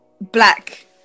Black